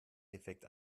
effekt